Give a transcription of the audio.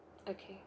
okay